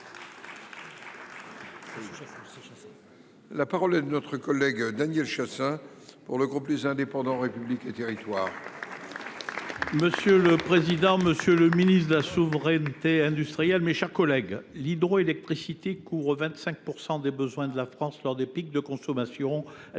La parole est à M. Daniel Chasseing, pour le groupe Les Indépendants – République et Territoires. Monsieur le président, monsieur le ministre de la souveraineté industrielle, mes chers collègues, l’hydroélectricité couvre 25 % des besoins de la France lors des pics de consommation. Elle est